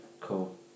Cool